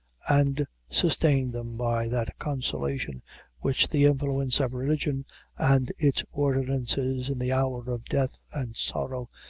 and sustained them by that consolation which the influence of religion and its ordinances, in the hour of death and sorrow,